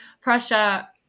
Prussia